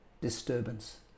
disturbance